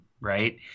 right